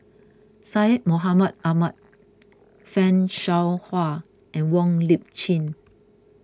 Syed Mohamed Ahmed Fan Shao Hua and Wong Lip Chin